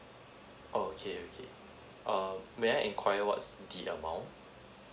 oh okay okay err may I inquire what's the amount